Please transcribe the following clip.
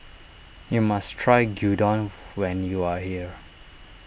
you must try Gyudon when you are here